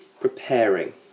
preparing